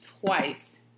Twice